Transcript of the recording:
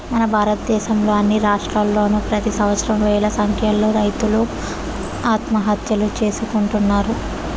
మన భారతదేశంలో అన్ని రాష్ట్రాల్లోనూ ప్రెతి సంవత్సరం వేల సంఖ్యలో రైతులు ఆత్మహత్యలు చేసుకుంటున్నారు